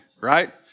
Right